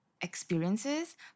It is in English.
experiences